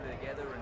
together